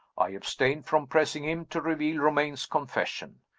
i abstained from pressing him to reveal romayne's confession.